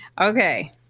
okay